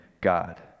God